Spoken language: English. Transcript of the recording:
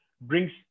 brings